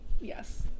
Yes